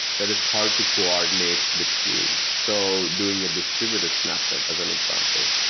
that it's hard to coordinate between, so doing a distributed snapshot as an example.